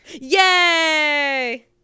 Yay